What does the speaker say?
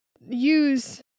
use